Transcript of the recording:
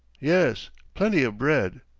yes, plenty of bread.